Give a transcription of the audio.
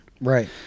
Right